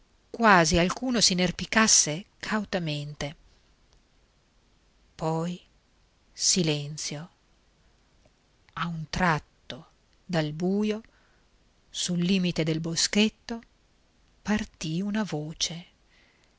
quasi alcuno s'inerpicasse cautamente poi silenzio a un tratto dal buio sul limite del boschetto partì una voce